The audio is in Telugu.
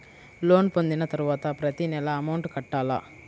లోన్ పొందిన తరువాత ప్రతి నెల అమౌంట్ కట్టాలా? సంవత్సరానికి కట్టుకోవచ్చా?